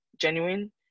genuine